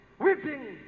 weeping